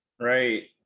Right